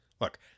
Look